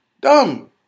Dumb